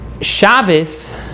Shabbos